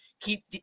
keep